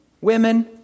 women